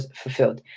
fulfilled